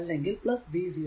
അല്ലെങ്കിൽ v 0